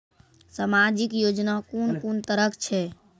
समाजिक योजना कून कून तरहक छै?